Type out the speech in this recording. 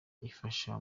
ifasha